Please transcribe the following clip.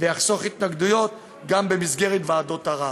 ויחסוך התנגדויות גם במסגרת ועדות ערר.